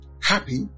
happy